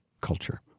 culture